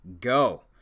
go